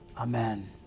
Amen